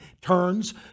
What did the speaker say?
turns